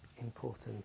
important